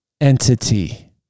entity